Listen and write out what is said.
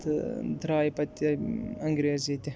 تہٕ درٛاے پَتہٕ یِم انٛگریز ییٚتہِ